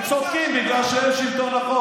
הם צודקים, בגלל שהם השלטון החוק.